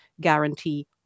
guarantee